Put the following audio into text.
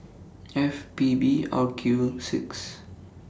F P B R Q six